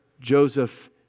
Joseph